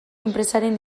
enpresaren